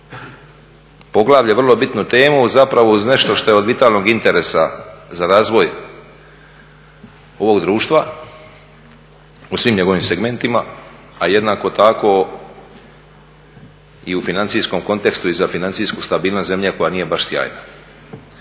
poglavlje, vrlo bitnu temu zapravo uz nešto što je od vitalnog interesa za razvoj ovog društva u svim njegovim segmentima, a jednako tako i u financijskom kontekstu i za financijsku stabilnost zemlje koja nije baš sjajna.